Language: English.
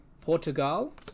Portugal